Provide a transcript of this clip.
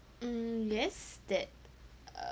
hmm yes that err